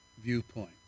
viewpoint